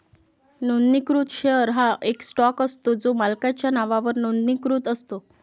नोंदणीकृत शेअर हा एक स्टॉक असतो जो मालकाच्या नावावर नोंदणीकृत असतो